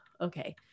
okay